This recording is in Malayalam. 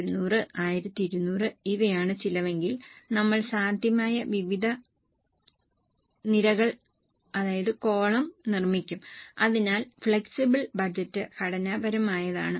1100 1200 ഇവയാണ് ചിലവെങ്കിൽ നമ്മൾ സാധ്യമായ വിവിധ നിരകൾ നിർമ്മിക്കും അതിനാൽ ഫ്ലെക്സിബിൾ ബഡ്ജറ്റ് ഘടനാപരമായതാണ്